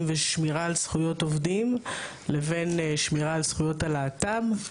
ושמירה על זכויות עובדים לבין שמירה על זכויות הלהט"ב.